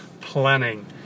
planning